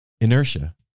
inertia